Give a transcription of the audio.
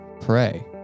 pray